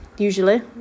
usually